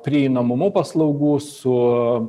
prieinamumu paslaugų su